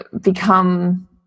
become